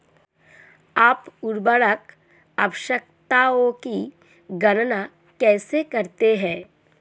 आप उर्वरक आवश्यकताओं की गणना कैसे करते हैं?